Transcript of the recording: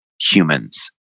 humans